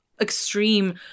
extreme